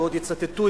ועוד יצטטו,